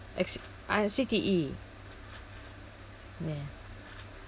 acci~ ah C_T_E ya